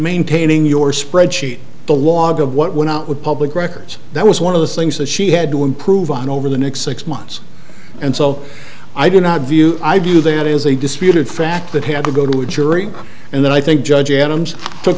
maintaining your spreadsheet the log of what went out with public records that was one of the things that she had to improve on over the next six months and so i do not view i do that is a disputed fact that had to go to a jury and then i think judge adams took